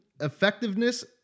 effectiveness